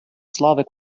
slavic